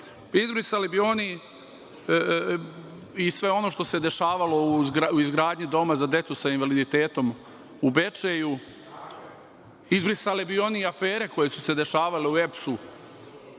Izbrisali bi oni i sve ono što se dešavalo u izgradnji Doma za decu sa invaliditetom u Bečeju. Izbrisali bi oni afere koje su se dešavale u EPS u